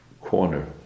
corner